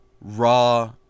raw